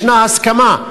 ישנה הסכמה: